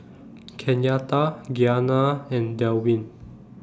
Kenyatta Gianna and Delwin